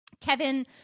Kevin